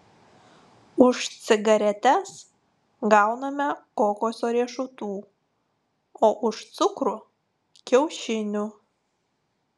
už cigaretes gauname kokoso riešutų o už cukrų kiaušinių